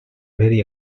very